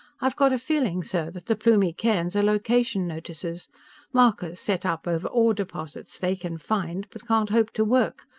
i've got a feeling, sir, that the plumie cairns are location-notices markers set up over ore deposits they can find but can't hope to work,